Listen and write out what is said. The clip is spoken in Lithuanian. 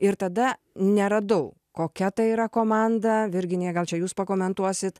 ir tada neradau kokia tai yra komanda virginija gal čia jūs pakomentuosit